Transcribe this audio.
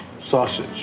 sausage